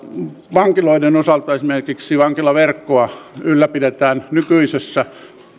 vankiloiden osalta esimerkiksi vankilaverkkoa ylläpidetään nykyisessä